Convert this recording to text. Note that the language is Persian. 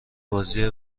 بازی